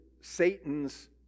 Satan's